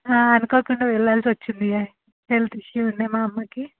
అనుకోకుండా వెళ్ళాల్సి వచ్చింది హెల్త్ ఇష్యుస్ ఉన్నాయ మా అమ్మకి